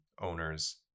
owners